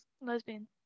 lesbian